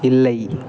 இல்லை